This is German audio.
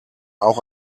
auch